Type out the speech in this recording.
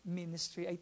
ministry